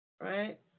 Right